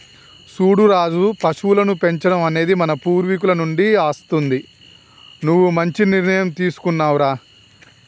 సూడు రాజు పశువులను పెంచడం అనేది మన పూర్వీకుల నుండి అస్తుంది నువ్వు మంచి నిర్ణయం తీసుకున్నావ్ రా